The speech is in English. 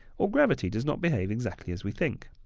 or gravity does not behave exactly as we think.